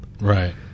right